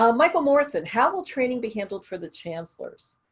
um michael morrison how will training be handled for the chancellors?